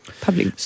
public